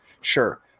Sure